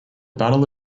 battle